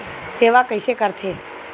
सेवा कइसे करथे?